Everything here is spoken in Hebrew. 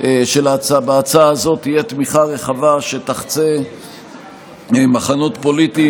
שלהצעה הזאת תהיה תמיכה רחבה שתחצה מחנות פוליטיים.